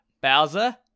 Bowser